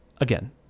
again